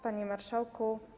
Panie Marszałku!